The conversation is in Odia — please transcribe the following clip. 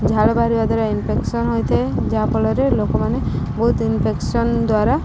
ଝାଳ ବାହାରିବା ଦ୍ୱାରା ଇନଫେକ୍ସନ୍ ହୋଇଥାଏ ଯାହାଫଳରେ ଲୋକମାନେ ବହୁତ ଇନଫେକ୍ସନ୍ ଦ୍ୱାରା